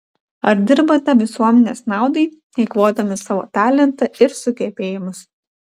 ar dirbate visuomenės naudai eikvodami savo talentą ir sugebėjimus